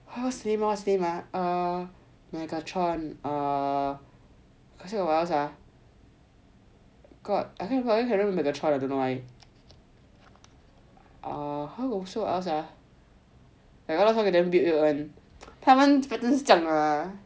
err megatron ah still got what else ah got I keep remember megatron I don't know why err hao long show us a lot weird weird [one] 他们 pattern 是这样的嘛